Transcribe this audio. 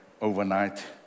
overnight